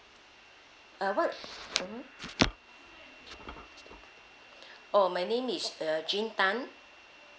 uh what mmhmm oh my name is uh jean tan